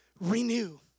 renew